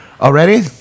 Already